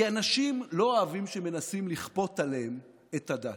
כי אנשים לא אוהבים שמנסים לכפות עליהם את הדת.